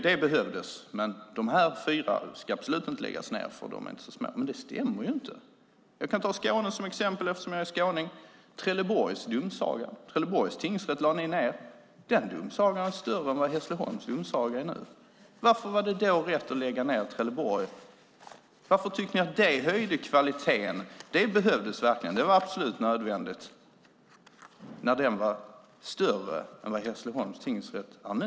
Det behövdes, men de här fyra ska absolut inte läggas ned, för de är inte så små. Det stämmer ju inte. Jag kan ta Skåne som exempel eftersom jag är skåning. Trelleborgs tingsrätt lade ni ned. Den domsagan var större än vad Hässleholms domsaga är nu. Varför var det då rätt att lägga ned Trelleborgs tingsrätt? Varför tyckte ni att det höjde kvaliteten? Det behövdes verkligen, det var absolut nödvändigt, trots att den var större än Hässleholms tingsrätt är nu.